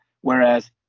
Whereas